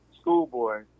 Schoolboy